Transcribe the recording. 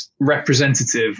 representative